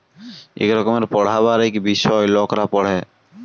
ইক রকমের পড়্হাবার ইক বিষয় লকরা পড়হে